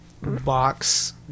box